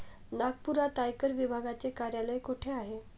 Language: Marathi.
नागपुरात आयकर विभागाचे कार्यालय कुठे आहे?